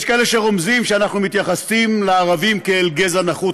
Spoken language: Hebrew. יש כאלה שרומזים שאנחנו מתייחסים לערבים כאל גזע נחות,